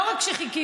לא רק שחיכיתי,